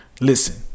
Listen